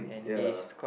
ya